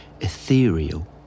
ethereal